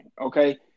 Okay